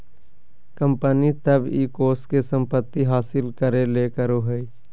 company तब इ कोष के संपत्ति हासिल करे ले करो हइ